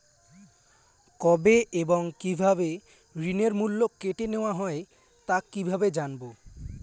কবে এবং কিভাবে ঋণের মূল্য কেটে নেওয়া হয় তা কিভাবে জানবো?